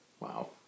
Wow